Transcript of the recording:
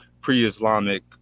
pre-Islamic